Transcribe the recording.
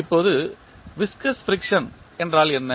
இப்போது viscous friction என்றால் என்ன